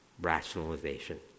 rationalization